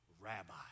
rabbi